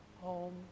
home